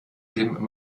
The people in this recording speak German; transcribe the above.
dem